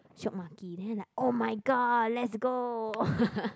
Shiok-Maki then like oh-my-god let's go